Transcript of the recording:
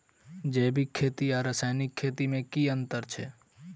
जैविक खेती आ रासायनिक खेती मे केँ अंतर छै?